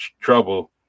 trouble